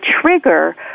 trigger